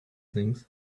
things